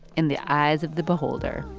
in the eyes of the beholder?